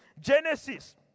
Genesis